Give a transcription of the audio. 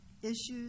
Issues